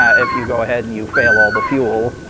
ah if you go ahead and you fail all the fuel.